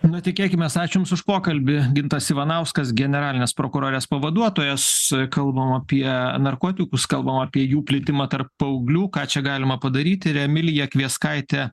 nu tikėkimės ačiū jums už pokalbį gintas ivanauskas generalinės prokurorės pavaduotojas kalbam apie narkotikus kalbam apie jų plitimą tarp paauglių ką čia galima padaryti ir emilija kvieskaitė